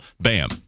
bam